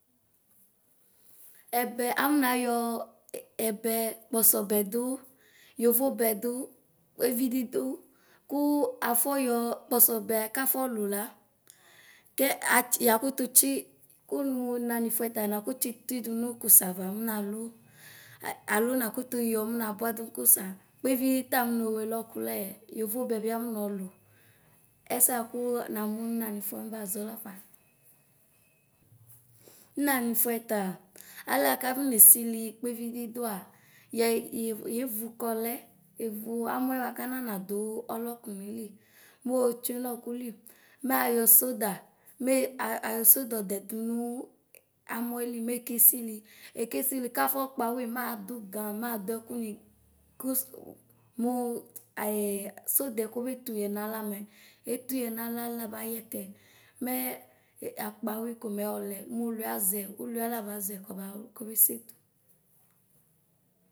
Ɛbɛ amnayɔɔ, ɛbu kpɔsɔbɛ du, yovobu du, kpevidi du, kuu afɔyɔ kpɔsɔbɛ kafɔlula, kɛ a yakututsi kunu nanifuɛta makutsi tidu nu kusava mnalu alo nakutuyɔ mnabuadu nu kusa. Kpevie ta amnoo welɔku laɛ, yovobɛ bi amnɔɔlu ɛsɛ akuu namu nnanuƒuɛ nbaʒɔ lafa. Nnanifuɛtaa, alɛ akovenisili kpevidi duaa yuyeyevu kɔlɛ, evu amɔɛ bakana nadu ɔ lɔkɔ naili mootsue nɔɔku li, mayɔ soda me aɔ ayɔ soda dedɛ nuu amɔɛli meke sili. Ekeskli kafɔ kpawui madu gao maduɛ kuni kuss muu aee sodɛ kobetuyɛ nala mɛ. Etuye nala alabayɛ kɛ. Mɛɛ ɛakpawui komɛ ayɔlɛ muluia aʒɛ uliaa labaʒɔ kobaa kobe setu.